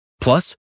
Plus